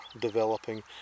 developing